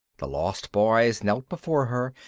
the lost boys knelt before her,